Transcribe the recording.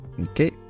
Okay